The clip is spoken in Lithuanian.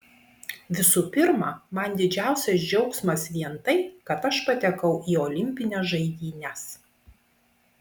visų pirma man didžiausias džiaugsmas vien tai kad aš patekau į olimpines žaidynes